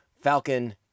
Falcon